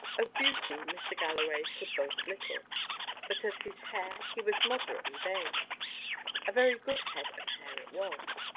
of beauty, mr. galloway could boast little but of his hair he was moderately vain a very good head of hair it was,